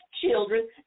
children